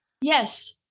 Yes